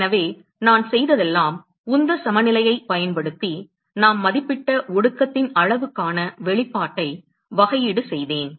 எனவே நான் செய்ததெல்லாம் உந்த சமநிலையைப் பயன்படுத்தி நாம் மதிப்பிட்ட ஒடுக்கத்தின் அளவுக்கான வெளிப்பாட்டை வகையீடு செய்தேன்